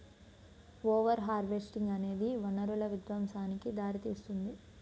over harvesting అనేది వనరుల విధ్వంసానికి దారితీస్తుంది